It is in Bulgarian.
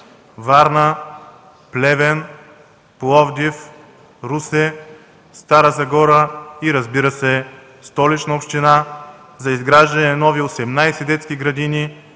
Варна, Плевен, Пловдив, Русе, Стара Загора и, разбира се, Столичната община за изграждане на нови 18 детски градини,